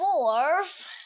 fourth